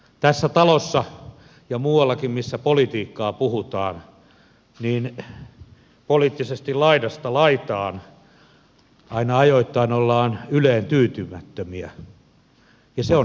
tässä talossa ja muuallakin missä politiikkaa puhutaan poliittisesti laidasta laitaan aina ajoittain ollaan yleen tyytymättömiä ja se on hyvä merkki